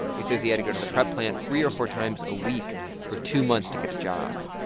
he says he had to go to the prep plant three or four times a week for two months to get a job.